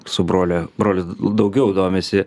su broliu brolis daugiau domisi